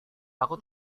aku